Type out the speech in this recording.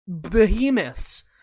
behemoths